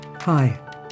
Hi